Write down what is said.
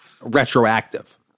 retroactive